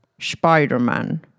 Spider-Man